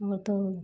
और तो